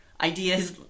ideas